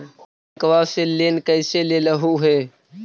बैंकवा से लेन कैसे लेलहू हे?